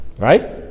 Right